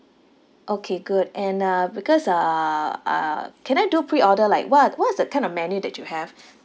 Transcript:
okay good and uh because uh uh can I do pre order like what what's the kind of menu that you have